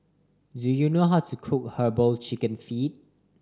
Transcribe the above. do you know how to cook Herbal Chicken Feet